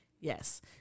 yes